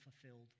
fulfilled